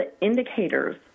indicators